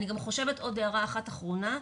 עוד הערה אחרונה,